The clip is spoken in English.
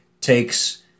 takes